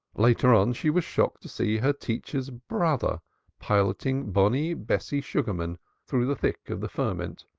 later on, she was shocked to see her teacher's brother piloting bonny bessie sugarman through the thick of the ferment.